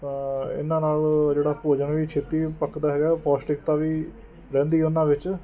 ਤਾਂ ਇਹਨਾਂ ਨਾਲ਼ ਜਿਹੜਾ ਭੋਜਨ ਵੀ ਛੇਤੀ ਪੱਕਦਾ ਹੈਗਾ ਪੋਸ਼ਟਿਕਤਾ ਵੀ ਰਹਿੰਦੀ ਉਹਨਾਂ ਵਿੱਚ